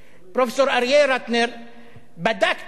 פרופסור אריה רטנר בדק תיקים,